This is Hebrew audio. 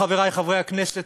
חברי חברי הכנסת,